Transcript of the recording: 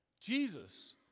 Jesus